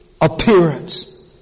appearance